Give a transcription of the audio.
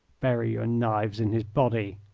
bury your knives in his body.